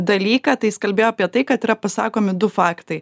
dalyką tai jis kalbėjo apie tai kad yra pasakomi du faktai